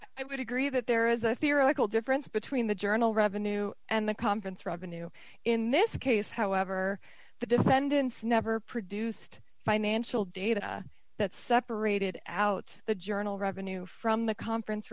i would agree that there is a theoretical difference between the journal revenue and the conference revenue in this case however the defendants never produced financial data that separated out the journal revenue from the conference